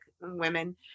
women